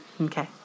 Okay